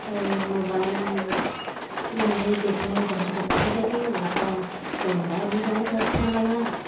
और मोबाइल मुझे देखने में बहुत अच्छी लगी उसका कैमरा भी बहुत अच्छा लगा